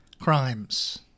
Crimes